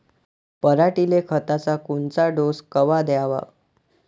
पऱ्हाटीले खताचा कोनचा डोस कवा द्याव?